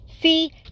See